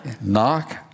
Knock